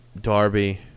Darby